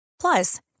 Plus